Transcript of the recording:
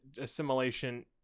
assimilation